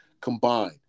combined